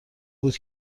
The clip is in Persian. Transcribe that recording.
بود